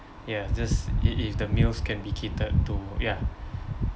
ya just i~ if the meals can be catered to ya